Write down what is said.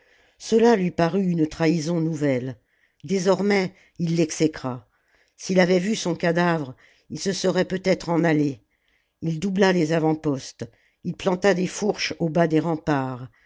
cela lui parut une trahison nouvelle désormais il l'exécra s'il avait vu son cadavre il se serait peut-être en allé ii doubla les avantpostes il planta des fourches au bas du rempart